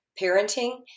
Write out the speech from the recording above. parenting